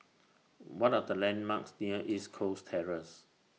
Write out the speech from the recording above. What Are The landmarks near East Coast Terrace